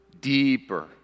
deeper